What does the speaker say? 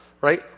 right